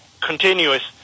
continuous